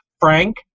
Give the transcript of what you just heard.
Frank